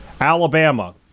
Alabama